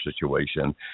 situation